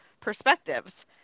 perspectives